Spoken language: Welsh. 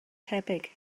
tebyg